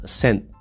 sent